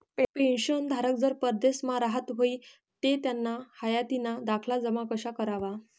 पेंशनधारक जर परदेसमा राहत व्हयी ते त्याना हायातीना दाखला जमा कशा करवा?